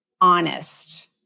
honest